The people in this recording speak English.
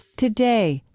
today,